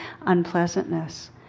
unpleasantness